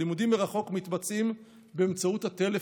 הלימודים מרחוק מתבצעים באמצעות הטלפון.